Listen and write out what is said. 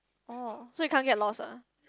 oh so you can't get lost ah